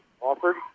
Offered